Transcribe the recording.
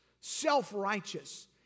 self-righteous